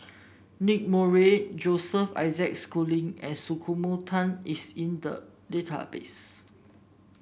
Nicky Moey Joseph Isaac Schooling and Sumiko Tan is in the database